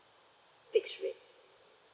fixed rate